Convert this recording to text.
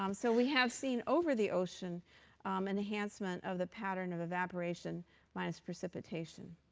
um so we have seen over the ocean enhancement of the pattern of evaporation minus precipitation.